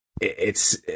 It's-